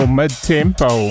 mid-tempo